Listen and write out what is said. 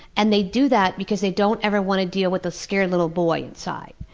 and they do that because they don't ever want to deal with the scared little boy inside.